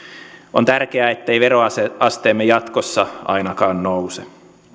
on tärkeää ettei veroasteemme jatkossa ainakaan nouse